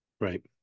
right